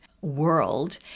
world